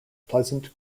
pleasant